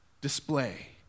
display